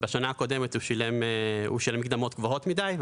בשנה הקודמת הוא שילם מקדמות גבוהות מדי,